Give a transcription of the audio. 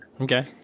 Okay